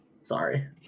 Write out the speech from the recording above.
sorry